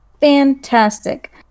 Fantastic